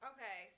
Okay